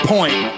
point